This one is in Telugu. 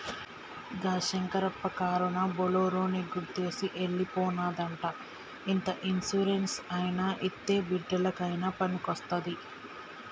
గా శంకరప్ప కారునా బోలోరోని గుద్దేసి ఎల్లి పోనాదంట ఇంత ఇన్సూరెన్స్ అయినా ఇత్తే బిడ్డలకయినా పనికొస్తాది